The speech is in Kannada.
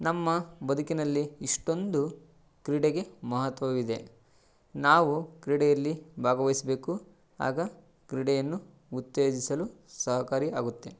ನಮ್ಮ ಬದುಕಿನಲ್ಲಿ ಇಷ್ಟೊಂದು ಕ್ರೀಡೆಗೆ ಮಹತ್ವವಿದೆ ನಾವು ಕ್ರೀಡೆಯಲ್ಲಿ ಭಾಗವಹಿಸಬೇಕು ಆಗ ಕ್ರೀಡೆಯನ್ನು ಉತ್ತೇಜಿಸಲು ಸಹಕಾರಿ ಆಗುತ್ತೆ